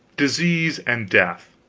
disease, and death.